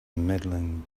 medaling